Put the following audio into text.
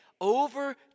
over